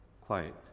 Quiet